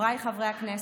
חבריי חברי הכנסת,